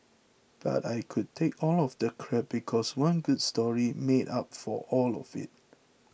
but I could take all the crap because one good story made up for all of it